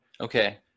okay